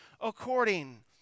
according